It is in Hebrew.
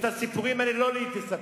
את הסיפורים האלה לא לי תספר,